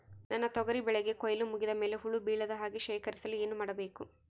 ನನ್ನ ತೊಗರಿ ಬೆಳೆಗೆ ಕೊಯ್ಲು ಮುಗಿದ ಮೇಲೆ ಹುಳು ಬೇಳದ ಹಾಗೆ ಶೇಖರಿಸಲು ಏನು ಮಾಡಬೇಕು?